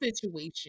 situation